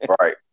Right